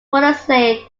wolseley